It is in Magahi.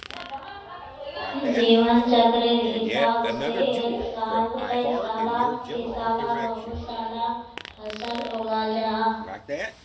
जीवन चक्रेर हिसाब से एक साला दिसाला बहु साला फसल उगाल जाहा